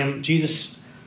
Jesus